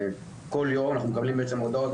כל יום אנחנו מקבלים הודעות,